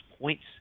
points